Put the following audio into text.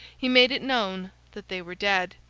he made it known that they were dead.